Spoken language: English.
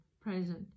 present